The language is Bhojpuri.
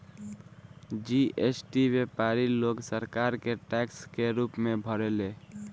जी.एस.टी व्यापारी लोग सरकार के टैक्स के रूप में भरेले